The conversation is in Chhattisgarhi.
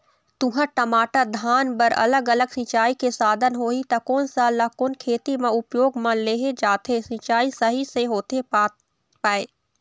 तुंहर, टमाटर, धान बर अलग अलग सिचाई के साधन होही ता कोन सा ला कोन खेती मा उपयोग मा लेहे जाथे, सिचाई सही से होथे पाए?